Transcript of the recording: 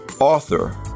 author